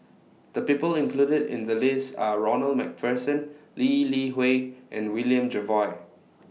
The People included in The list Are Ronald MacPherson Lee Li Hui and William Jervois